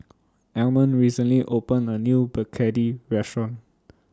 Almond recently opened A New Begedil Restaurant